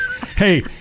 Hey